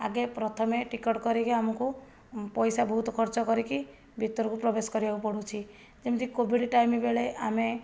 ଆଗେ ପ୍ରଥମେ ଟିକେଟ୍ କରିକି ଆମକୁ ପଇସା ବହୁତ ଖର୍ଚ୍ଚ କରିକି ଭିତରକୁ ପ୍ରବେଶ କରିବାକୁ ପଡ଼ୁଛି ଯେମିତି କୋଭିଡ଼ ଟାଇମ୍ ବେଳେ ଆମେ